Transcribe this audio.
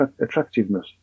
attractiveness